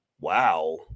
Wow